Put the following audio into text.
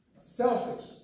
selfish